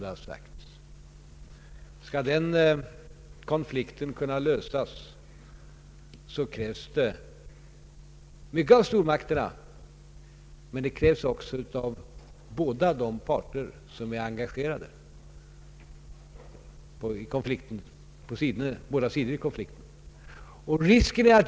Skall den konflikten kunna lösas, krävs det mycket av stormakterna, men också av de parter som är engagerade på båda sidor i konflikten.